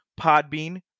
Podbean